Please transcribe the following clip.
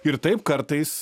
ir taip kartais